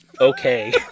okay